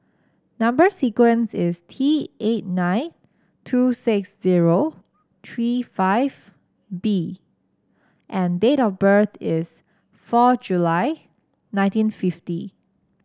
number sequence is T eight nine two six zero three five B and date of birth is four July nineteen fifty